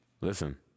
Listen